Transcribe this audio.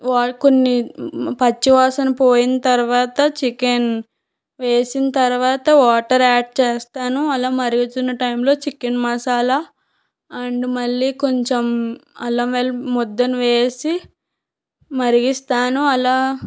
వాడు కొన్ని పచ్చివాసన పోయిన తర్వాత చికెన్ వేసిన్ తర్వాత వాటర్ యాడ్ చేస్తాను అలా మరుగుతున్న టైమ్లో చికెన్ మసాలా అండ్ మళ్ళీ కొంచెం అల్లం వెల్లుల్లి ముద్దను వేసి మరిగిస్తాను అలా